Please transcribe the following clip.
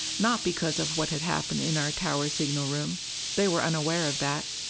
not because of what had happened in our tower signal room they were unaware of that.